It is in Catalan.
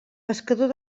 pescador